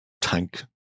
tank